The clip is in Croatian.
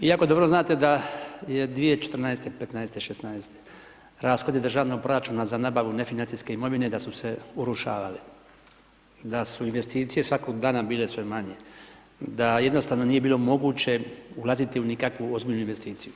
Vi jako dobro znate da je 2014., 2015., 2016. rashodi državnog proračuna za nabavu nefinancijske imovine da su se urušavali, da su investicije svakog dana bile sve manje, da jednostavno nije bilo moguće ulaziti u nikakvu ozbiljnu investiciju.